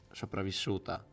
sopravvissuta